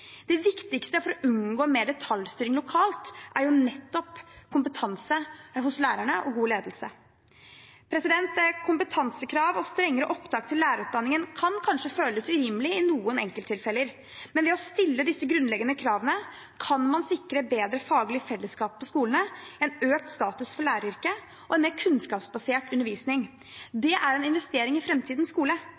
Det viktigste for å unngå mer detaljstyring lokalt, er nettopp kompetanse hos lærerne og god ledelse. Kompetansekrav og strengere opptak til lærerutdanningen kan kanskje føles urimelig i noen enkelttilfeller, men ved å stille disse grunnleggende kravene kan man sikre et bedre faglig fellesskap på skolene, økt status for læreryrket og en mer kunnskapsbasert undervisning. Det er en investering i framtidens skole,